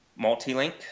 Multilink